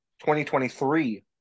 2023